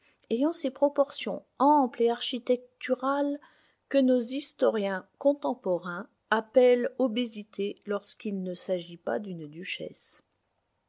ayant ces proportions amples et architecturales que nos historiens contemporains appellent obésité lorsqu'il ne s'agit pas d'une duchesse